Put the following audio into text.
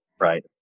right